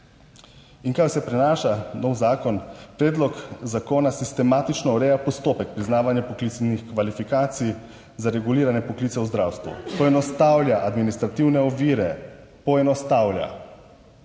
In kaj vse prinaša nov zakon. Predlog zakona sistematično ureja postopek priznavanja poklicnih kvalifikacij za regulirane poklice v zdravstvu, poenostavlja administrativne ovire, poenostavlja,